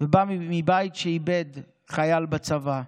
בא מבית שאיבד חייל בצבא.